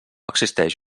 existeix